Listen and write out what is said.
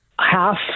half